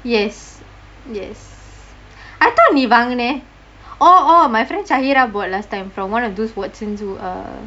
yes yes I thought நீ வாங்குனே:nee vaangunae orh orh my friend syahirah bought last time from one of those watsons wh~ err